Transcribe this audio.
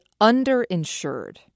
underinsured